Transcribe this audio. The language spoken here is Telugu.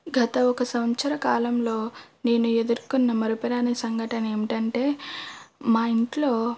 గత ఒక సంవత్సర కాలంలో నేను ఎదుర్కున్న మరపురాని సంఘటన ఏమిటంటే మా ఇంట్లో